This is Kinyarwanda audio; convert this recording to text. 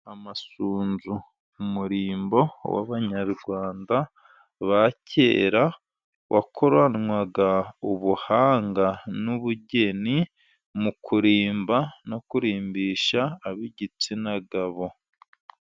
Amasunzu n'umurimbo w'abanyarwanda ba kera, wakoranwaga ubuhanga n'ubugeni mu kurimba, no kurimbisha ab'igitsina gabo.